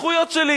הזכויות שלי,